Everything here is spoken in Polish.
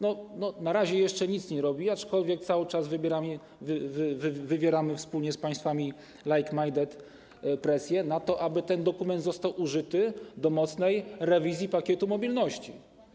Na razie jeszcze nic nie robi, aczkolwiek cały czas wywieramy wspólnie z państwami like-minded presję na to, aby ten dokument został użyty do mocnej rewizji Pakietu Mobilności.